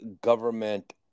government